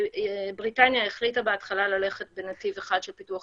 בריטניה החליטה בהתחלה ללכת בנתיב אחד של פיתוח